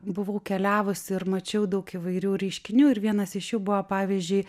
buvau keliavusi ir mačiau daug įvairių reiškinių ir vienas iš jų buvo pavyzdžiui